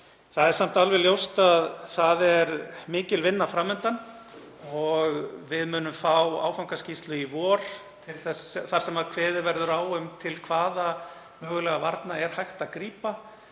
Það er samt alveg ljóst að mikil vinna er fram undan og við munum fá áfangaskýrslu í vor þar sem kveðið verður á um til hvaða varna er hægt að grípa,